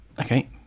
okay